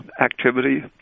activity